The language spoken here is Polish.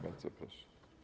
Bardzo proszę.